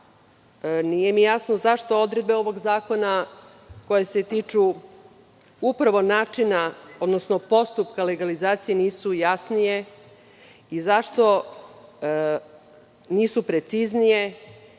nije mi jasno zašto odredbe ovog zakona koje se tiču upravo načina, odnosno postupka legalizacije nisu jasnije i zašto nisu preciznije?